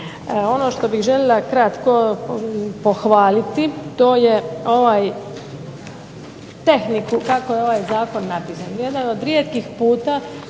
Ono što bih željela kratko pohvaliti to je tehnika kako je ovaj zakon napisan. Jedan od rijetkih puta